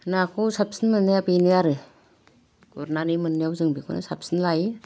नाखौ साबसिन मोननाया बेनो आरो गुरनानै मोननायाव जों बिखौनो साबसिन लायो